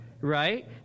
right